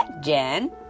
Jen